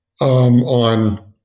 on